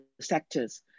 sectors